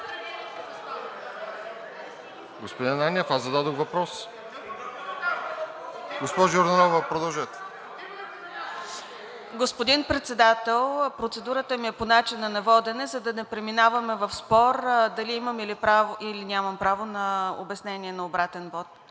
Господин Председател, процедурата ми е по начина на водене, за да не преминаваме в спор дали имам право, или нямам право на обяснение на обратен